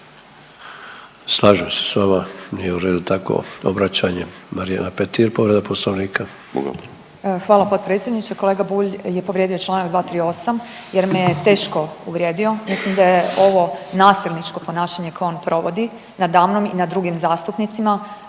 Slažem se sa vama, nije u redu takvo obraćanje. Marijana Petir povreda Poslovnika. **Petir, Marijana (Nezavisni)** Evo hvala potpredsjedniče. Kolega Bulj je povrijedio članak 238. jer me je teško uvrijedio. Mislim da je ovo nasilničko ponašanje koje on provodi nadamnom i nad drugim zastupnicima.